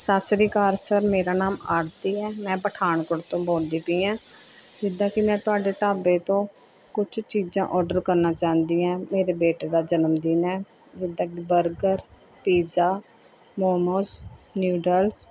ਸਤਿ ਸ਼੍ਰੀ ਅਕਾਲ ਸਰ ਮੇਰਾ ਨਾਮ ਆਰਤੀ ਹੈ ਮੈਂ ਪਠਾਨਕੋਟ ਤੋਂ ਬੋਲਦੀ ਪਈ ਹਾਂ ਜਿੱਦਾਂ ਕਿ ਮੈਂ ਤੁਹਾਡੇ ਢਾਬੇ ਤੋਂ ਕੁਛ ਚੀਜ਼ਾਂ ਔਡਰ ਕਰਨਾ ਚਾਹੁੰਦੀ ਹਾਂ ਮੇਰੇ ਬੇਟੇ ਦਾ ਜਨਮਦਿਨ ਹੈ ਜਿੱਦਾਂ ਕਿ ਬਰਗਰ ਪੀਜ਼ਾ ਮੋਮੋਜ ਨਿਊਡਲਸ